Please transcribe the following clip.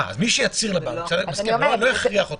מי שיצהיר לבנק, אני מסכים, אני לא אכריח אותו.